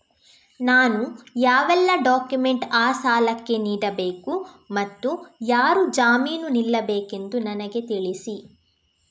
ನಾನು ಯಾವೆಲ್ಲ ಡಾಕ್ಯುಮೆಂಟ್ ಆ ಸಾಲಕ್ಕೆ ನೀಡಬೇಕು ಮತ್ತು ಯಾರು ಜಾಮೀನು ನಿಲ್ಲಬೇಕೆಂದು ನನಗೆ ತಿಳಿಸಿ?